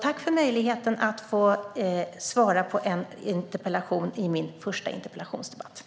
Tack för möjligheten att få svara på denna interpellation i min första interpellationsdebatt!